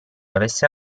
avesse